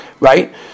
right